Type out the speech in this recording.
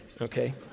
Okay